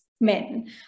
men